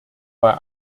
bei